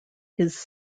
his